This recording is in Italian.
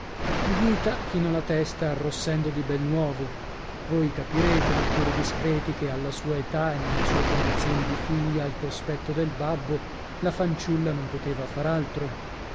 ghita chinò la testa arrossendo di bel nuovo voi capirete lettori discreti che alla sua età e nella sua condizione di figlia al cospetto del babbo la fanciulla non poteva far altro